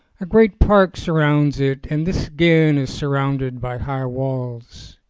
a great park surrounds it and this again is surrounded by high walls.